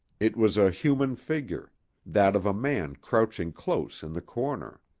it was a human figure that of a man crouching close in the corner.